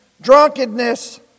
drunkenness